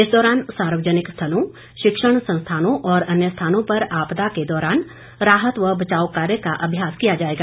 इस दौरान सार्वजनिक स्थलों शिक्षण संस्थानों और अन्य स्थानों पर आपदा के दौरान राहत व बचाव कार्य का अभ्यास किया जाएगा